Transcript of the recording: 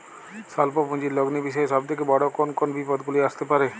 স্বল্প পুঁজির লগ্নি বিষয়ে সব থেকে বড় কোন কোন বিপদগুলি আসতে পারে?